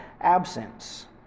absence